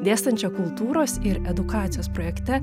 dėstančią kultūros ir edukacijos projekte